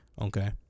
Okay